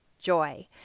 joy